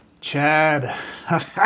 Chad